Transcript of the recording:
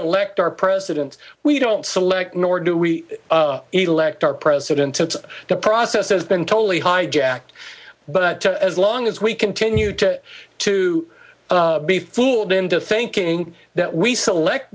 elect our president we don't select nor do we elect our president it's the process has been totally hijacked but as long as we continue to to be fooled into thinking that we select